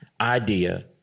idea